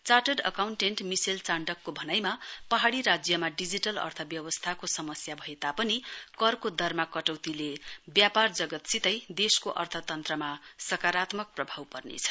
chartered accountant मिसेल चाण्डकको भनाइमा पहाडी राज्यमा डिजिटल अर्थव्यवस्थाको समस्या भए तापनि करको दरमा कटौतीले व्यापार जगतसितै देशको अर्थतन्त्रमा सकारात्मक प्रभाव पर्नेछ